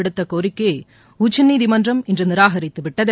விடுத்த கோரிக்கையை உச்சநீதிமன்றம் இன்று நிராகரித்துவிட்டது